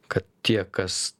kad tie kas